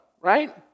right